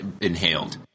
inhaled